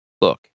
Look